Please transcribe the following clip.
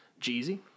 Jeezy